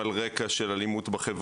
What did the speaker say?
על השולחן שלה קודם כל את הנושא של